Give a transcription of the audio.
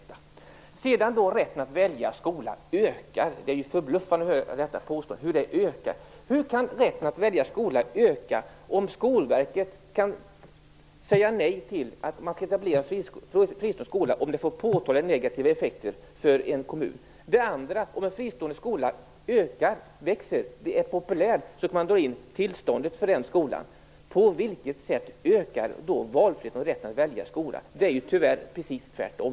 Sedan sägs det att rätten att välja skola ökar. Detta påstående är förbluffande. Hur kan rätten att välja skola öka om Skolverket kan säga nej till etablering av en fristående skola om det får påtagliga negativa effekter för en kommun? Om en fristående skola växer och är populär kan man dra in tillståndet för den skolan, på vilket sätt ökar då valfriheten och rätten att välja skola? Det är tyvärr precis tvärtom.